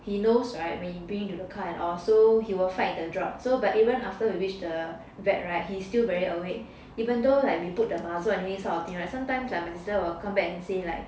he knows [right] when you bring him to the car and all so he will fight the drug so but even after we reach the vet [right] he's still very awake even though like we put the muzzle on him [right] sometimes my sister will come back and say like